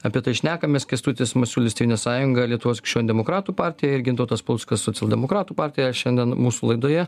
apie tai šnekamės kęstutis masiulis tėvynės sąjunga lietuvos kikščionių demokratų partija ir gintautas paluckas socialdemokratų partija šiandien mūsų laidoje